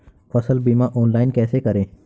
फसल बीमा ऑनलाइन कैसे करें?